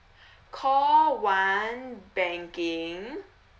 call one banking